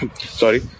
sorry